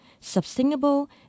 sustainable